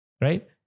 right